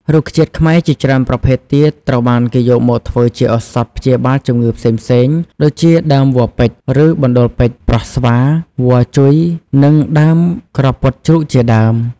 រុក្ខជាតិខ្មែរជាច្រើនប្រភេទទៀត ត្រូវបានគេយកមកធ្វើជាឱសថព្យាបាលជំងឺផ្សេងៗដូចជាដើមវល្លិ៍ពេជ្រ ឬបណ្តូលពេជ្រ ប្រស់ស្វា វល្លិ៍ជុយ និងដើមក្រពាត់ជ្រូកជាដើម។